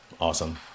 Awesome